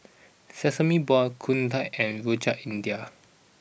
Sesame Balls Kuih Dadar and Rojak India